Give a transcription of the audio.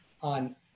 on